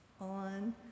on